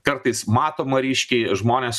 kartais matoma ryškiai žmonės